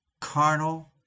carnal